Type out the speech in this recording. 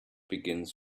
begins